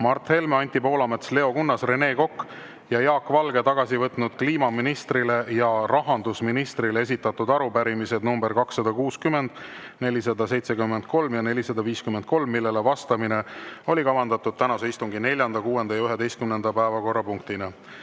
Mart Helme, Anti Poolamets, Leo Kunnas, Rene Kokk ja Jaak Valge tagasi võtnud kliimaministrile ja rahandusministrile esitatud arupärimised numbriga 260, 473 ja 453, millele vastamine oli kavandatud tänase istungi 4., 6. ja 11. päevakorrapunktina.